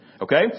Okay